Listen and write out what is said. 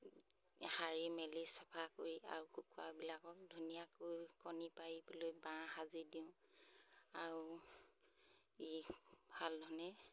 সাৰি মেলি চফা কৰি আৰু কুকুৰাবিলাকক ধুনীয়াকৈ কণী পাৰিবলৈ বাঁহ সাজি দিওঁ আৰু ই ভাল ধৰণে